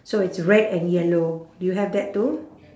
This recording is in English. so it's red and yellow do you have that too